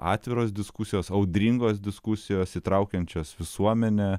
atviros diskusijos audringos diskusijos įtraukiančios visuomenę